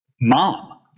mom